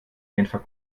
genfer